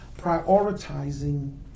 prioritizing